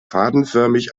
fadenförmig